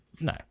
no